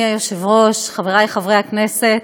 אדוני היושב-ראש, חברי חברי הכנסת,